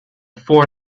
four